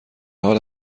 حال